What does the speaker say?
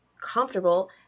comfortable